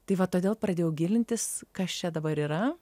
tai va todėl pradėjau gilintis kas čia dabar yra